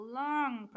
long